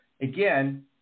again